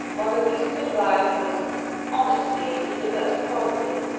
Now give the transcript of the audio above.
when the piece of advice was honesty is the best policy.